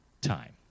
time